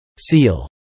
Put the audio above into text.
Seal